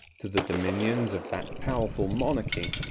to the dominions of that powerful monarchy,